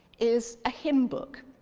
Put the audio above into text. is a hymnbook.